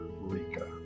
Rica